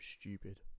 stupid